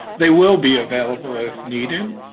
they will be available if needed.